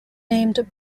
named